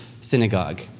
synagogue